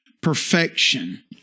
perfection